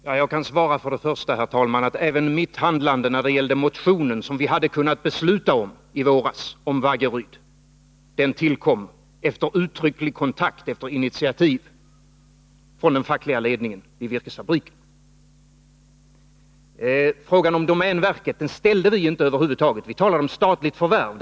Herr talman! Jag kan svara att även mitt handlande när det gäller den motion om Vaggeryd som vi hade kunnat besluta om i våras tillkom efter kontakt med och efter initiativ från den fackliga ledningen vid virkesfabriken. Frågan om domänverkets övertagande av fabriken ställde vi över huvud taget inte. Vi talade om statligt förvärv.